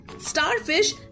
Starfish